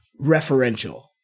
referential